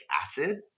acid